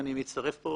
אני מצטרף פה